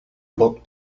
book